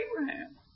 Abraham